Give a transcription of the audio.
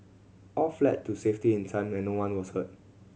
all fled to safety in time and no one was hurt